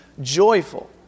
joyful